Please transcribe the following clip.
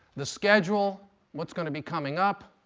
the schedule what's going to be coming up.